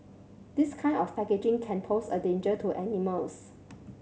this kind of packaging can pose a danger to animals